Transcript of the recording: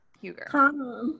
Huger